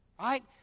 right